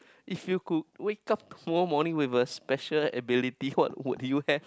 if you could wake up tomorrow morning with a special ability what would you have